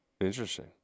Interesting